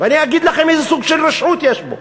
ואני אגיד לכם איזה סוג של רשעות יש בו: